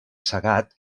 cegat